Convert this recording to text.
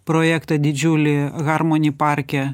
projektą didžiulį harmoni parke